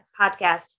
podcast